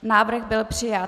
Návrh byl přijat.